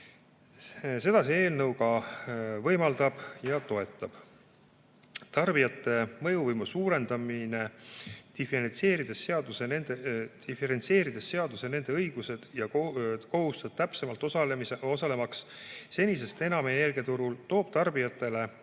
Seda eelnõu ka võimaldab ja toetab. Tarbijate mõjuvõimu suurendamine, diferentseerides seaduses täpsemalt nende õigused ja kohustused, osalemaks senisest enam energiaturul, toob tarbijatele